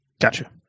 Gotcha